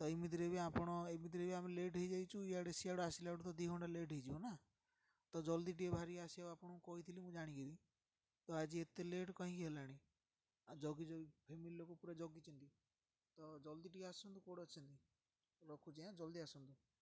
ତ ଏମିତିରେ ବି ଆପଣ ଏମିତିରେ ବି ଆମେ ଲେଟ୍ ହୋଇଯାଇଛୁ ଇଆଡ଼େ ଏ ସିଆଡ଼ୁ ଆସିଲା ବେଳକୁ ତ ଦୁଇ ଘଣ୍ଟା ଲେଟ୍ ହୋଇଯିବ ନା ତ ଜଲ୍ଦି ଟିକିଏ ଭାରି ଆସିବା ଆପଣଙ୍କୁ କହିଥିଲି ମୁଁ ଜାଣିକରି ତ ଆଜି ଏତେ ଲେଟ୍ କହିଁକି ହେଲାଣି ଆ ଜଗି ଜି ଫ୍ୟାମିଲି ଲୋକ ପୁରା ଜଗିଛନ୍ତି ତ ଜଲ୍ଦି ଟିକିଏ ଆସନ୍ତୁ କେଉଁଠି ଅଛନ୍ତି ରଖୁଛି ଆ ଜଲ୍ଦି ଆସନ୍ତୁ